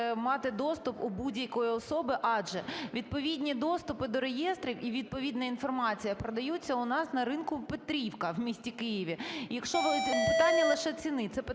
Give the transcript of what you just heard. мати доступ у будь-якої особи, адже відповідні доступи до реєстрів і відповідна інформація продаються у нас на ринку "Петрівка" в місті Києві. Питання лише ціни. Це питання,